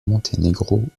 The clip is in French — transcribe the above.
monténégro